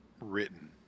written